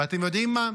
ואתם יודעים מה?